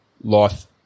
life